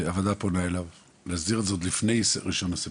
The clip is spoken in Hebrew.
הוועדה פונה אליו להסדיר את זה עוד לפני ה-01 בספטמבר,